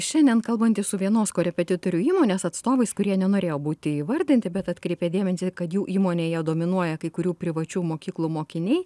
šiandien kalbantis su vienos korepetitorių įmonės atstovais kurie nenorėjo būti įvardinti bet atkreipia dėmesį kad jų įmonėje dominuoja kai kurių privačių mokyklų mokiniai